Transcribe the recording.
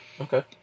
Okay